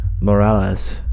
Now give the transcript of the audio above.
Morales